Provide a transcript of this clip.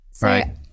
Right